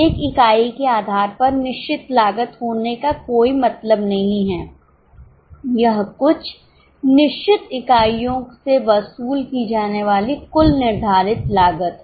एक इकाई के आधार पर निश्चित लागत होने का कोई मतलब नहीं है यह कुछ निश्चित इकाइयों से वसूल की जाने वाली कुल निर्धारित लागत है